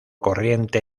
corriente